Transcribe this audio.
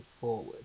forward